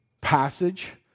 passage